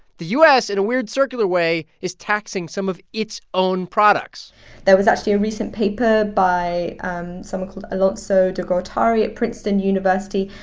the u s. in a weird circular way is taxing some of its own products there was actually a recent paper by um someone called alonso de gortari at princeton university,